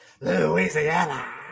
louisiana